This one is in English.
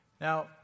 Now